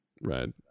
Right